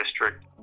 district